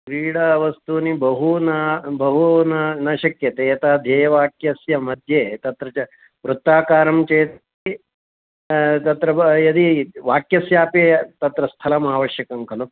क्रीडावस्तूनि बहु न बहु न न शक्यते यथा ध्येयवाक्यस्य मध्ये तत्र च वृत्ताकारं चेत् तत्र यदि वाक्यस्यापि तत्र स्थलम् आवश्यकं खलु